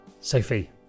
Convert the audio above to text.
Sophie